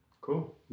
Cool